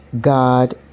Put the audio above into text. God